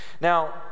now